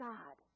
God